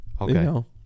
Okay